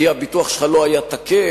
כי הביטוח שלך לא היה תקף,